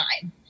time